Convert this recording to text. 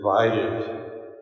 divided